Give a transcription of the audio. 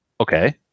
Okay